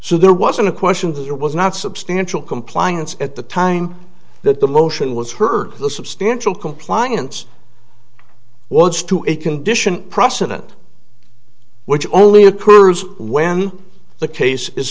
so there wasn't a question that there was not substantial compliance at the time that the motion was heard the substantial compliance was to a condition precedent which only occurs when the case is